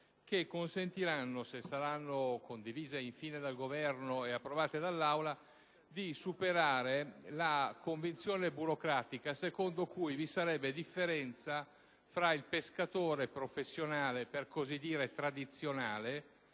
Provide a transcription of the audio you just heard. che consentiranno, se saranno condivise dal Governo e approvate dall'Aula, di superare la convinzione burocratica secondo cui vi sarebbe differenza fra il pescatore professionale - per così dire - tradizionale